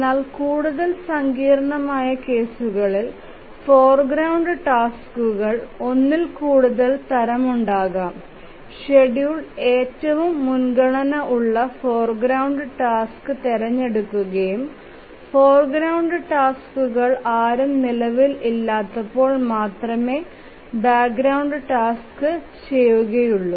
എന്നാൽ കൂടുതൽ സങ്കീർണ്ണമായ കേസുകളിൽ ഫോർഗ്രൌണ്ട് ടാസ്കുകൾ ഒന്നിൽക്കൂടുതൽ തരം ഉണ്ടാകാം ഷെഡ്യൂളർ ഏറ്റവും മുൻഗണന ഉള്ള ഫോർഗ്രൌണ്ട ടാസ്ക് തെരഞ്ഞെടുക്കുകയും ഫോർഗ്രൌണ്ട് ടാസ്കുകൾ ആരും നിലവിൽ ഇല്ലാത്തപ്പോൾ മാത്രമേ ബാക്ക്ഗ്രൌണ്ട് ടാസ്ക് ചെയുകയുളൂ